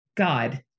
God